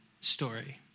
story